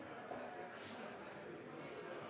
Det er en